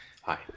Hi